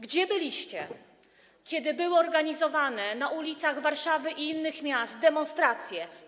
Gdzie byliście, kiedy były organizowane na ulicach Warszawy i innych miast demonstracje?